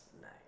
Nice